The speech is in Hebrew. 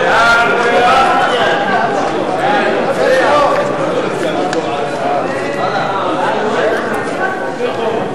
המקרקעין (חיזוק בתים משותפים מפני רעידות אדמה) (תיקון),